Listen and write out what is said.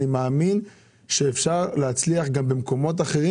אני מאמין שאפשר להצליח גם במקומות אחרים